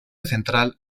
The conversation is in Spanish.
central